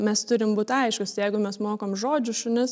mes turim būt aiškūs jeigu mes mokom žodžių šunis